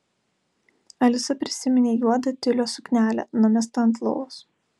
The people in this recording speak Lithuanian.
alisa prisiminė juodą tiulio suknelę numestą ant lovos